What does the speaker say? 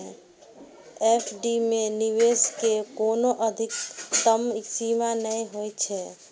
FD मे निवेश के कोनो अधिकतम सीमा नै होइ छै